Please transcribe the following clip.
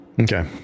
Okay